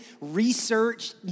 research